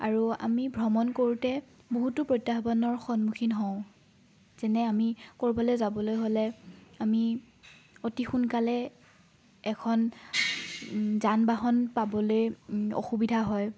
আৰু আমি ভ্ৰমণ কৰোঁতে বহুতো প্ৰত্যাহ্বানৰ সন্মুখীন হওঁ যেনে আমি ক'ৰবালৈ যাবলৈ হ'লে আমি অতি সোনকালে এখন যান বাহন পাবলৈ অসুবিধা হয়